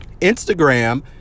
instagram